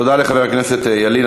תודה לחבר הכנסת ילין.